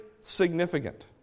significant